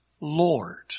Lord